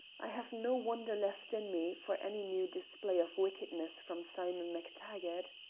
i have no wonder left in me for any new display of wickedness from simon mactaggart.